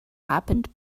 happened